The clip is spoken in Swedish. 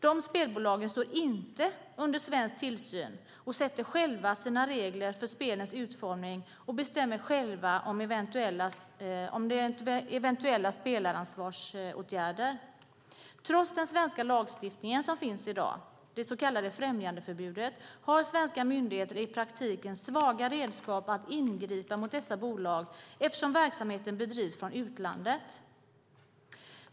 Dessa spelbolag står inte under svensk tillsyn och sätter själva sina regler för spelens utformning och bestämmer själva om eventuella spelansvarsåtgärder. Trots den svenska lagstiftningen som finns i dag, det så kallade främjandeförbudet, har svenska myndigheter i praktiken svaga redskap för att ingripa mot dessa bolag eftersom verksamheten bedrivs från utlandet.